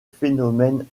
phénomènes